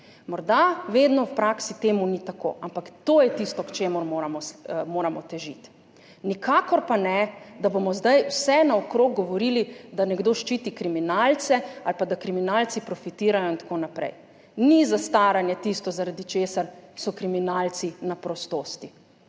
Morda vedno v praksi to ni tako, ampak to je tisto, k čemur moramo težiti. Nikakor pa ne, da bomo zdaj vsenaokrog govorili, da nekdo ščiti kriminalce ali pa da kriminalci profitirajo in tako naprej. Ni zastaranje tisto, zaradi česar so kriminalci na prostosti.